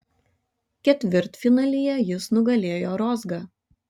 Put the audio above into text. ketvirtfinalyje jis nugalėjo rozgą